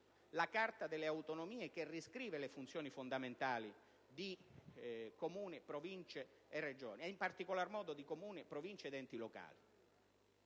la Carta delle autonomie, che riscrive le funzioni fondamentali di Comuni, Province e Regioni e, in particolar modo, di Comuni, Province ed enti locali?